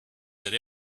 that